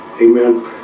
Amen